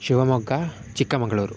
Shivamogga Chikkamagaluru